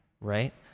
right